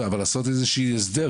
אבל לעשות איזה שהוא הסדר,